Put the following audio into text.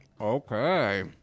Okay